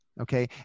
Okay